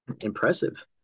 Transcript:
impressive